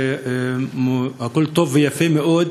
זה הכול טוב ויפה מאוד,